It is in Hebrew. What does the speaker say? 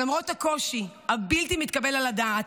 שלמרות הקושי הבלתי-מתקבל על הדעת,